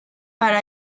para